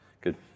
Good